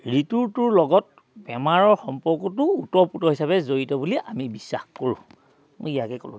ঋতুটোৰ লগত বেমাৰৰ সম্পৰ্কটো উতঃপোতৰ হিচাপে জড়িত বুলি আমি বিশ্বাস কৰোঁ মই ইয়াকে ক'লোঁ